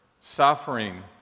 suffering